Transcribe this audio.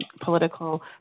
political